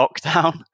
lockdown